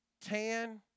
tan